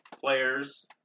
players